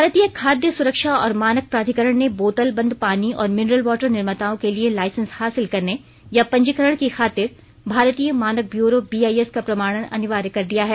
भारतीय खादय सुरक्षा और मानक प्राधिकरण ने बोतलबंद पानी और मिनरलवाटर निर्माताओं के लिए लाइसेंस हासिल करने या पंजीकरण की खातिर भारतीय मानक ब्यूरो बीआइएस का प्रमाणन अनिवार्य कर दिया है